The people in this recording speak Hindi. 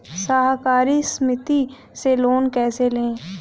सहकारी समिति से लोन कैसे लें?